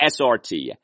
SRT